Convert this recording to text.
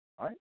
right